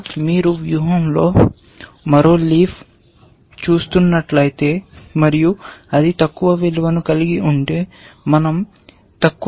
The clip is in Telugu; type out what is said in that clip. మరియు మీరు వ్యూహంలో మరో లీఫ్ను చూస్తున్నట్లయితే మరియు అది తక్కువ విలువను కలిగి ఉంటే మన০ తక్కువ విలువను ఉంచాలి